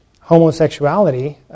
homosexuality